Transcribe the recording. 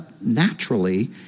naturally